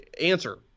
answer